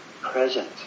present